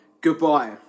Goodbye